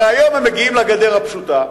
הרי היום הם מגיעים לגדר הפשוטה,